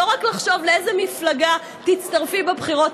לא רק לחשוב לאיזו מפלגה תצטרפי בבחירות